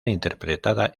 interpretada